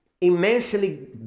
immensely